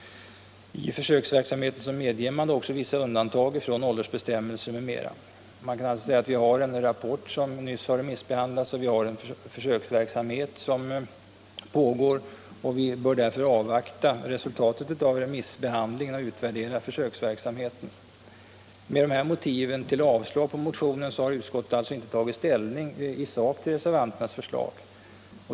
I försöksverksamheten medger man också vissa undantag från åldersbestämmelser m.m. Vi har alltså en rapport som nu skall remissbehandlas, och vi har en försöksverksamhet som pågår. Vi bör därför avvakta resultatet av remissbehandlingen och utvärderingen av försöksverksamheten. Med dessa motiv till avslag på motionen har utskottet alltså inte tagit ställning i sak till reservanternas förslag.